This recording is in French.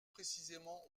précisément